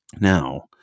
Now